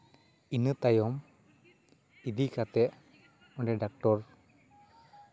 ᱤᱱᱟᱹᱛᱟᱭᱚᱢ ᱤᱫᱤ ᱠᱟᱛᱮ ᱚᱸᱰᱮ ᱰᱟᱠᱴᱚᱨ